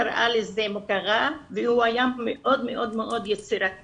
היא קראה לזה 'מוקרה' והוא היה מאוד מאוד מאוד יצירתי,